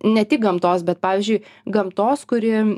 ne tik gamtos bet pavyzdžiui gamtos kuri